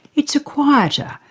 it's a quieter,